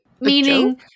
meaning